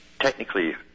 technically